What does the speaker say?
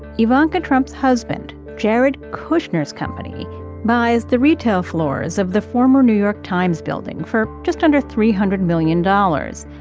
ivanka trump's husband jared kushner's company buys the retail floors of the former new york times building for just under three hundred million dollars.